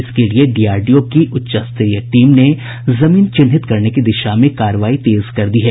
इसके लिए डीआरडीओ की उच्च स्तरीय टीम ने जमीन चिन्हित करने की दिशा में कार्रवाई तेज कर दी है